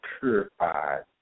purified